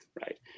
right